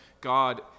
God